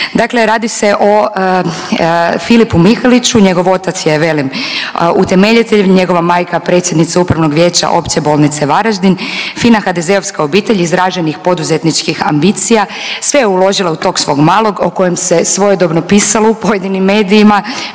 Dakle, radi se o Filipu Mihaliću. Njegov otac je velim utemeljitelj, njegova majka predsjednica Upravnog vijeća Opće bolnice Varaždin, fina HDZ-ovska obitelj izraženih poduzetničkih ambicija. Sve je uložila u tog svog malog o kojem se svojedobno pisalo u pojedinim medijima